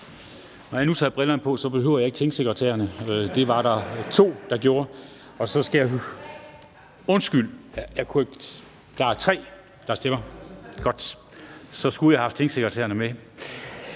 Når jeg nu tager brillerne på, behøver jeg ikke tingsekretærerne, for jeg kan se, at det var der 2, der gjorde. Undskyld, der er 3, der stemmer for. Godt, så skulle jeg have haft tingsekretærerne med.